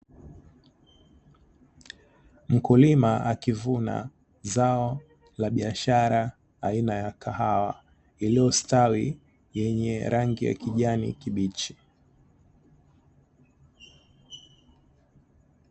Mkulima akivuna zao la biashara aina ya kahawa iliyostawi yenye rangi ya kijani kibichi.